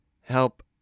help